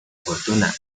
fortuna